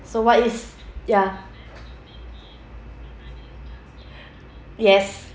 so what is ya yes